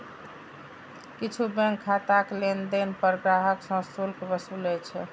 किछु बैंक खाताक लेनदेन पर ग्राहक सं शुल्क वसूलै छै